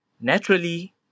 Naturally